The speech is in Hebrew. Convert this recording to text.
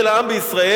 של העם בישראל,